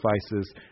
sacrifices